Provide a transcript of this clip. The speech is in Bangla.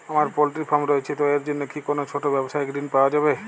আমার পোল্ট্রি ফার্ম রয়েছে তো এর জন্য কি কোনো ছোটো ব্যাবসায়িক ঋণ পাওয়া যাবে?